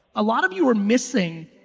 a lot of you are missing,